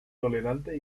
tolerante